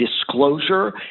disclosure